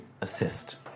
assist